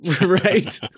Right